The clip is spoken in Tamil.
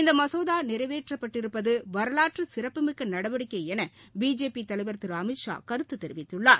இந்த மசோதா நிறைவேற்றப்பட்டிருப்பது வரலாற்று சிறப்புமிக்க நடவடிக்கை என பிஜேபி தலைவர் திரு அமித்ஷா கருத்து தெரிவித்துள்ளார்